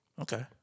Okay